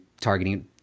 targeting